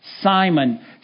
Simon